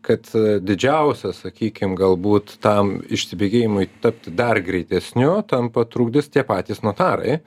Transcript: kad e didžiausias sakykim galbūt tam išsibėgėjimui tapti dar greitesniu tampa trukdys tie patys notarai